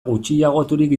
gutxiagoturik